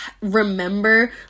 remember